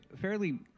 fairly